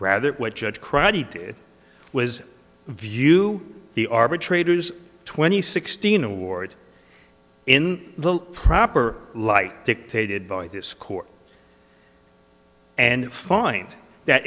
rather what judge crowdy did was view the arbitrator's twenty sixteen award in the proper light dictated by this court and find that